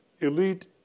Elite